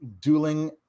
Dueling